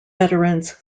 veterans